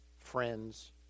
Friends